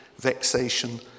vexation